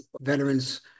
Veterans